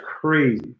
crazy